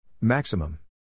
Maximum